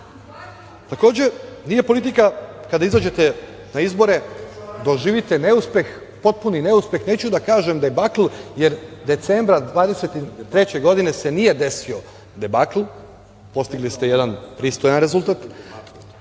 Takođe nije politika kada izađete na izbore i dožitivte neuspeh, potpuni neuspeh i neću da kažem debakl, decembar 2023. godine se nije desio debakl, postigli ste jedan pristojan rezultat,